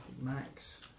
Max